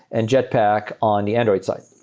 and jetpack on the android side.